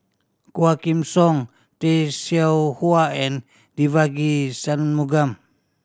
Quah Kim Song Tay Seow Huah and Devagi Sanmugam